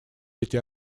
эти